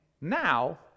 now